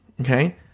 Okay